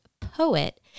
poet